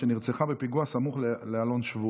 שנרצחה בפיגוע סמוך לאלון שבות.